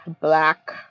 Black